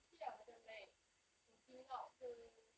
activity ah macam like working out ke